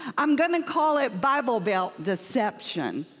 i'm going to call it bible belt deception.